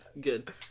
Good